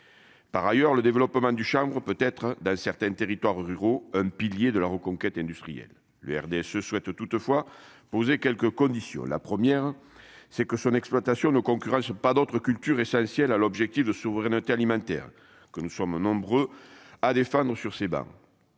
par ailleurs le développement du chambre peut être dans certains territoires ruraux, un pilier de la reconquête industrielle le RDSE souhaite toutefois posé quelques conditions : la première c'est que son exploitation ne concurrence pas d'autres cultures, essentielles à l'objectif de souveraineté alimentaire que nous sommes nombreux à des fans sur ces bas